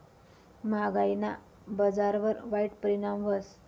म्हागायीना बजारवर वाईट परिणाम व्हस